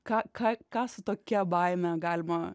ką ką ką su tokia baime galima